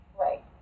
right